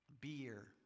beer